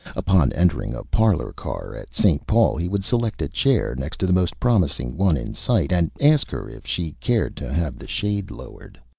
upon entering a parlor car at st. paul he would select a chair next to the most promising one in sight, and ask her if she cared to have the shade lowered.